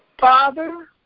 Father